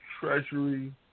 Treasury